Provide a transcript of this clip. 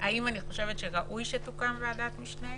האם אני חושבת שראוי שתוקם ועדת משנה?